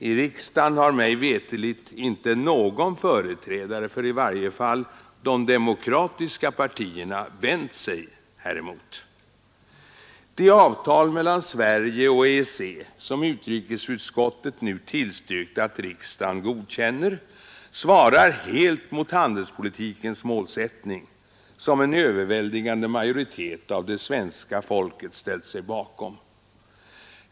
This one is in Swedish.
I riksdagen har mig veterligt inte någon, i varje fall ingen företrädare för de demokratiska partierna, vänt sig häremot. De avtal mellan Sverige och EEC, som utrikesutskottet nu tillstyrkt att riksdagen godkänner, svarar helt mot handelspolitikens målsättning, som sålunda en överväldigande majoritet av det svenska folket har ställt sig bakom.